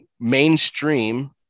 mainstream